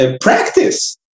practice